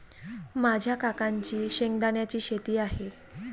माझ्या काकांची शेंगदाण्याची शेती आहे